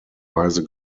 weise